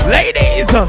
Ladies